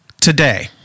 Today